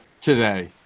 today